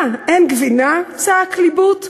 "מה! אין גבינה?" צעק ליבוט.